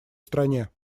стране